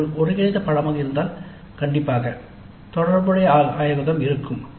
இது ஒரு ஒருங்கிணைந்த பாடநெறி ஆக இருந்தால் கண்டிப்பாக தொடர்புடைய ஆய்வகம் இருக்கும்